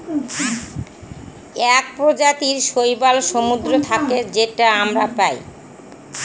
এক প্রজাতির শৈবাল সমুদ্রে থাকে যেটা আমরা পায়